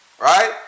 Right